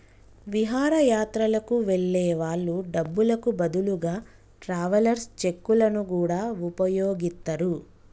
విహారయాత్రలకు వెళ్ళే వాళ్ళు డబ్బులకు బదులుగా ట్రావెలర్స్ చెక్కులను గూడా వుపయోగిత్తరు